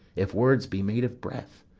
if words be made of breath,